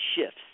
shifts